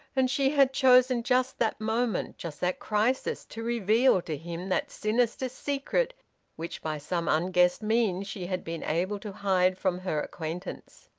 and she had chosen just that moment, just that crisis, to reveal to him that sinister secret which by some unguessed means she had been able to hide from her acquaintance.